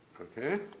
okay.